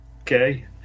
okay